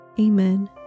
Amen